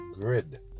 grid